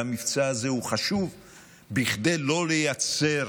המבצע הזה הוא חשוב כדי לא לייצר